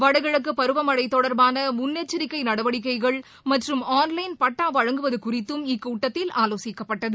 வடகிழக்கு பருவமழை தொடர்பான முன்னெச்சரிக்கை நடவடிக்கைகள் மற்றும் ஆள்லைள் பட்டா வழங்குவது குறித்தும் இக்கூட்டத்தில் ஆலோசிக்கப்பட்டது